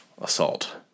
Assault